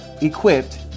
equipped